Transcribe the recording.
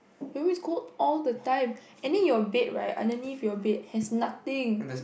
your room is cold all the time and then your bed right underneath your bed has nothing